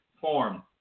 form